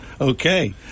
okay